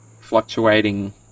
fluctuating